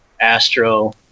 astro